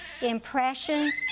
impressions